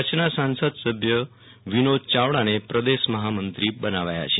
કચ્છના સાંસદ સભ્ય વિનોદ યાવડાને પ્રદેશ મહામંત્રી બનાવાયા છે